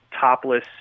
topless